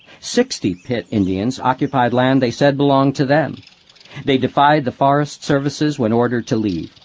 sixty pit indians occupied land they said belonged to them they defied the forest service's when ordered to leave.